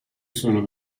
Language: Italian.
sono